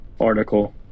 article